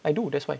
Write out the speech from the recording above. I do that's why